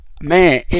man